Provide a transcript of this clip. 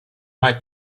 might